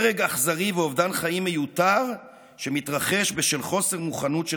הרג אכזרי ואובדן חיים מיותר שמתרחש בשל חוסר מוכנות של